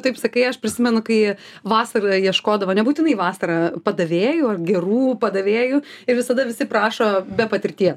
taip sakai aš prisimenu kai vasarą ieškodavo nebūtinai vasarą padavėjų ar gerų padavėjų ir visada visi prašo be patirties